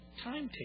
Timetable